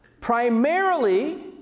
primarily